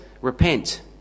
repent